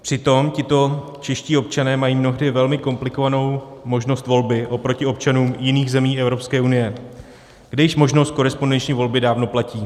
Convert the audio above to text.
Přitom tito čeští občané mají mnohdy velmi komplikovanou možnost volby oproti občanům jiných zemí Evropské unie, kde již možnost korespondenční volby dávno platí.